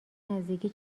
نزدیکی